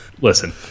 listen